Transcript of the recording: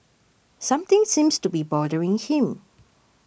something seems to be bothering him